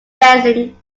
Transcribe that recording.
blessing